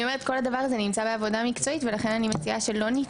כל הדבר הזה נמצא בעבודה מקצועית ולכן אני מציעה שלא ננעל את זה.